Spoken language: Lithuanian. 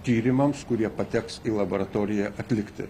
tyrimams kurie pateks į laboratoriją atlikti